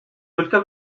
только